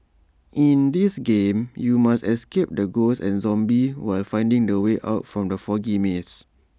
in this game you must escape from ghosts and zombies while finding the way out from the foggy maze